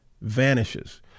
vanishes